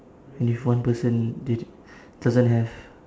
and if one person didn~ doesn't have